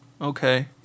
Okay